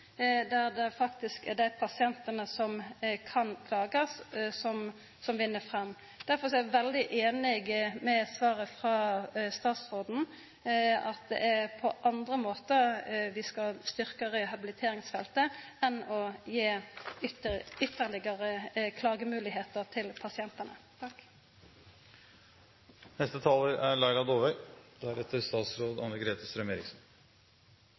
der det er dei pasientane som kan det å klaga, som vinn fram. Derfor er eg veldig einig i svaret frå statsråden, at det er på andre måtar vi skal styrkja rehabiliteringsfeltet enn å gi ytterlegare klagemoglegheiter til pasientane.